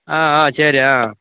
ஆ ஆ சரி ஆ